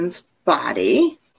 body